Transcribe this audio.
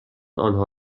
آنها